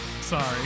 Sorry